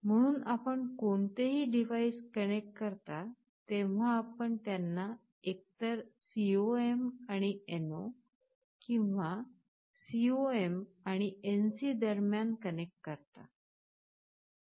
म्हणून आपण कोणतेही डिव्हाइस कनेक्ट करता तेव्हा आपण त्यांना एकतर COM आणि NO किंवा COM आणि NC दरम्यान कनेक्ट करता